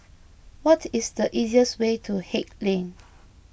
what is the easiest way to Haig Lane